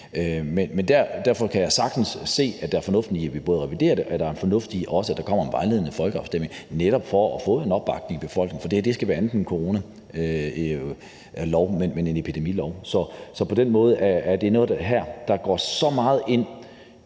Men derfor kan vi sagtens se, at der er en fornuft i, at vi reviderer det, og at der er en fornuft i, at der også kommer en vejledende folkeafstemning netop for at få en opbakning i befolkningen, for det her skal være andet end en coronalov, nemlig en epidemilov. Så på den måde er det her noget, der træder rigtig meget ind